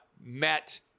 met